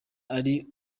ari